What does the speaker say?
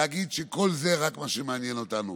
להגיד שכל זה רק מה שמעניין אותנו,